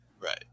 right